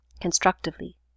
constructively